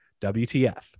WTF